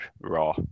Raw